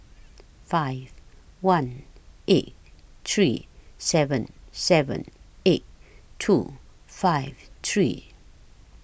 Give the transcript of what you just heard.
five one eight three seven seven eight two five three